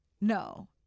no